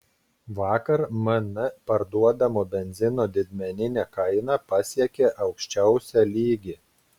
vakar mn parduodamo benzino didmeninė kaina pasiekė aukščiausią lygį